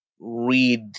read